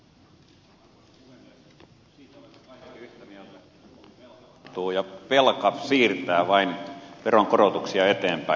siitä olemme kaikki yhtä mieltä että suomi velkaantuu ja velka siirtää vain veronkorotuksia eteenpäin